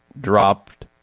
dropped